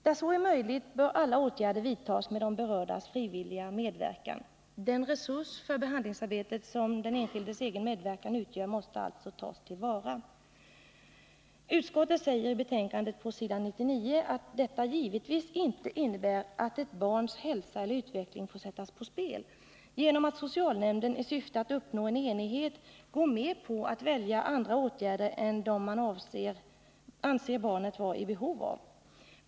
Där så är möjligt bör alla åtgärder vidtas med de berördas frivilliga medverkan. Den resurs för behandlingsarbetet som den enskildes egen medverkan utgör måste alltså tas till vara. Utskottet säger i betänkandet på s. 99 att detta givetvis inte innebär att ett barns hälsa eller utveckling får sättas på spel genom att socialnämnden i syfte att uppnå enighet går med på att välja andra åtgärder än dem man anser barnet vara i behov av.